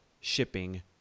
shipping